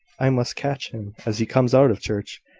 i must catch him as he comes out of church,